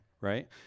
right